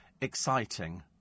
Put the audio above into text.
exciting